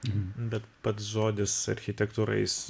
mh bet pats žodis architektūra jis